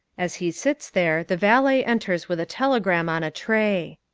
as he sits there, the valet enters with a telegram on a tray.